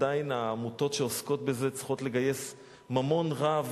עדיין העמותות שעוסקות בזה צריכות לגייס ממון רב